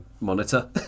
monitor